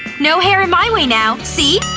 no hair in my way now, see?